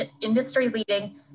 industry-leading